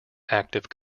active